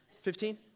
fifteen